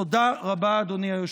תודה רבה, אדוני היושב-ראש.